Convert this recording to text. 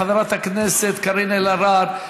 חברת הכנסת קארין אלהרר,